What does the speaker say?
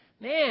man